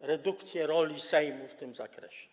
redukcję roli Sejmu w tym zakresie.